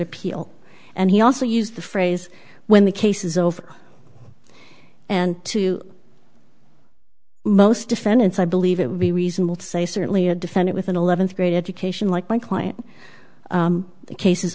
appeal and he also used the phrase when the case is over and to most defendants i believe it would be reasonable to say certainly a defender with an eleventh grade education like my client the case